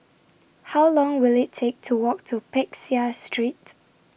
How Long Will IT Take to Walk to Peck Seah Street